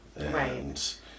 Right